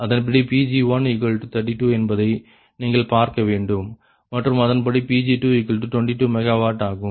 அதன்படி Pg132 என்பதை நீங்கள் பார்க்க வேண்டும் மற்றும் அதன்படி Pg222 MW ஆகும்